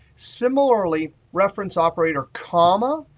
similarly, reference operator, comma,